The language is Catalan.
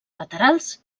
laterals